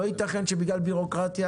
לא ייתכן שבגלל בירוקרטיה